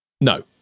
no